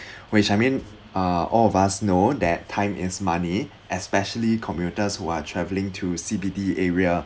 which I mean uh all of us know that time is money especially commuters who are travelling to C_B_D area